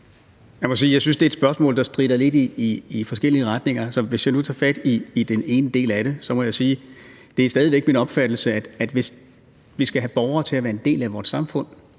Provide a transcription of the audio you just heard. jeg synes, at det er et spørgsmål, der stritter lidt i forskellige retninger. Så hvis jeg nu tager fat i den ene del af det, må jeg sige, at det stadig væk er min opfattelse, at hvis vi skal have borgere til at være en del af vores samfund,